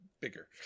bigger